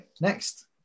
next